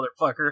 motherfucker